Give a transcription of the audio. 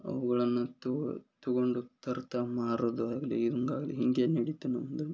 ಅವುಗಳನ್ನು ತೊಗೊಂಡು ತರ್ತ ಮಾರೋದಾಗ್ಲಿ ಹಿಂಗೆ ಹೀಗೇ ನಡಿತು ನಮ್ಮದು